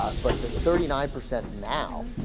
but the thirty nine percent now